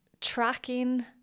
tracking